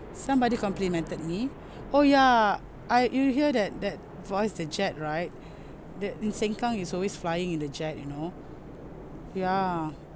somebody complimented me oh yeah I you hear that that voice the jet right the in sengkang is always flying in the jet you know ya